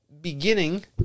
beginning